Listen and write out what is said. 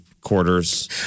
quarters